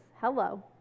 hello